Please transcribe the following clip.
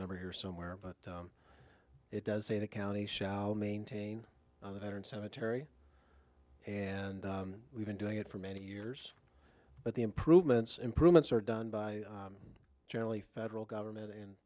number here somewhere but it does say the county shall maintain it and cemetery and we've been doing it for many years but the improvements improvements are done by generally federal government and